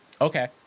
Okay